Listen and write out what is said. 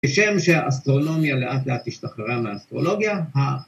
‫כשם שהאסטרונומיה לאט לאט ‫השתחררה מהאסטרולוגיה.